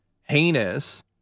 heinous